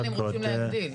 עדיין הם רוצים להגדיל.